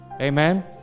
amen